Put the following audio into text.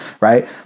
Right